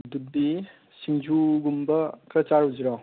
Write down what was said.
ꯑꯗꯨꯗꯤ ꯁꯤꯡꯖꯨꯒꯨꯝꯕ ꯈꯔ ꯆꯥꯔꯨꯁꯤꯔꯣ